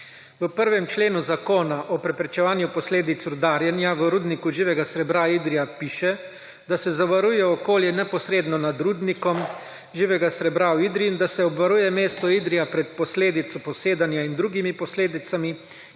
V 1. členu Zakona o preprečevanju posledic rudarjenja v Rudniku živega srebra Idrija piše, da se zavaruje okolje neposredno nad Rudnikom živega srebra v Idriji in da se obvaruje mesto Idrija pred posledico posedanja in drugimi posledicami,